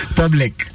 public